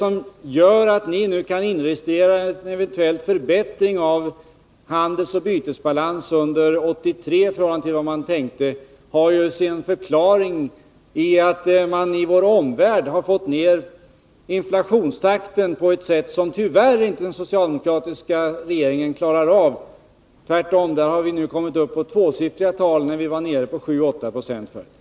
Att ni eventuellt kan inregistrera en förbättring av handelsoch bytesbalansen under 1983 i förhållande till tidigare beräkningar har ju sin förklaring i att man i vår omvärld har fått ner inflationstakten på ett sätt som tyvärr inte den socialdemokratiska regeringen i Sverige klarar av. Tvärtom har vi nu kommit upp i tvåsiffriga tal efter att ha varit nere på 7 å 8 I.